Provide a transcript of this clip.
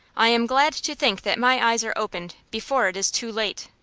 i am glad to think that my eyes are opened before it is too late.